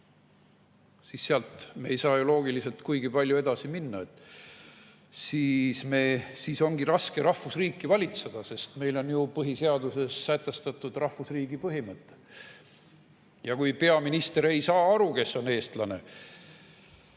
siis sealt me ei saa ju loogiliselt kuigi palju edasi minna. Siis ongi raske rahvusriiki valitseda, sest meil on ju põhiseaduses sätestatud rahvusriigi põhimõte. Aga kui peaminister ei saa aru, kes on eestlane,